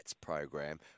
program